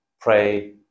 pray